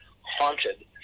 haunted